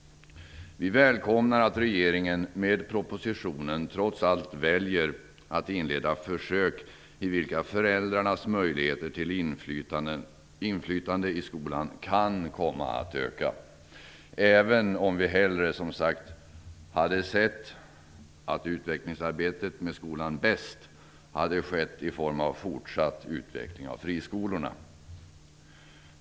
Vi välkomnar att regeringen med propositionen trots allt väljer att inleda försök i vilka föräldrarnas möjligheter till inflytande i skolan kan komma att öka, även om vi hellre, som sagt, hade sett att utvecklingsarbetet i skolan hade skett i form av fortsatt utveckling av friskolorna.